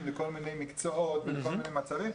לכל מיני מקצועות ולכל מיני מצבים,